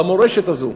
במורשת הזאת?